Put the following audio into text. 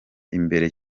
imbere